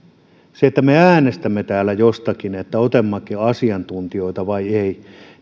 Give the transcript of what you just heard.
kun me äänestämme täällä otammeko asiantuntijoita vai ei